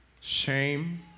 shame